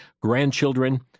grandchildren